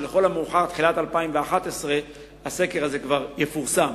שלכל המאוחר בתחילת 2011 הסקר הזה כבר יפורסם.